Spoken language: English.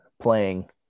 playing